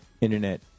internet